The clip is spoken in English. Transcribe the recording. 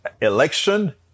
election